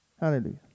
Hallelujah